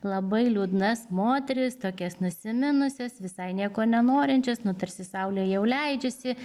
labai liūdnas moteris tokias nusiminusias visai nieko nenorinčias nu tarsi saulė jau leidžiasi